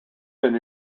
been